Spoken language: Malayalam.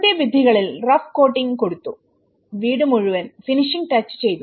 പുറത്തെ ഭിത്തികളിൽ റഫ് കോട്ടിങ് കൊടുത്തുവീടുമുഴുവൻ ഫിനിഷിംഗ് ടച്ച് ചെയ്തു